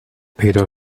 pero